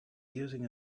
using